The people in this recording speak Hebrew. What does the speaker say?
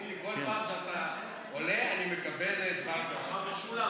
תאמין לי, כל פעם שאתה עולה אני מקבל דבר תורה.